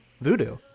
voodoo